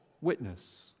witness